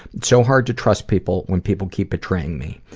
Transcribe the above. so hard to trust people when people keep betraying me.